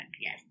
yes